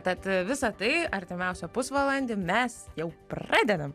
tad visa tai artimiausią pusvalandį mes jau pradedam